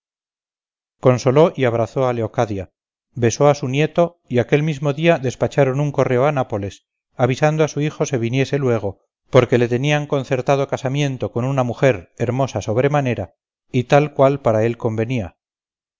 consoló y abrazó a leocadia besó a su nieto y aquel mismo día despacharon un correo a nápoles avisando a su hijo se viniese luego porque le tenían concertado casamiento con una mujer hermosa sobremanera y tal cual para él convenía